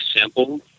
simple